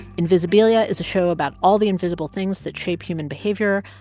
invisibilia is a show about all the invisible things that shape human behavior,